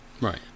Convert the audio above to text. Right